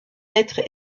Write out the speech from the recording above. être